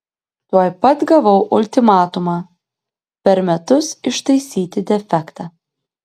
tuoj pat gavau ultimatumą per metus ištaisyti defektą